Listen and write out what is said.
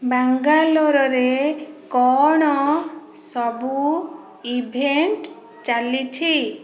ବାଙ୍ଗାଲୋରରେ କ'ଣ ସବୁ ଇଭେଣ୍ଟ ଚାଲିଛି